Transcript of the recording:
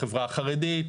לחברה החרדית,